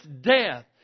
death